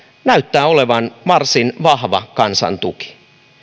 näyttää olevan varsin vahva kansan tuki